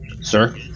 Sir